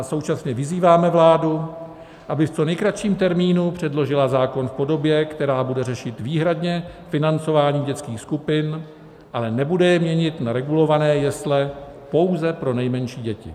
Současně vyzýváme vládu, aby v co nejkratším termínu předložila zákon v podobě, která bude řešit výhradně financování dětských skupin, ale nebude je měnit na regulované jesle pouze pro nejmenší děti.